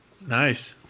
Nice